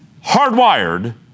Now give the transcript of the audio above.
hardwired